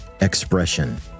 expression